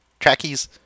trackies